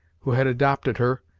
who had adopted her,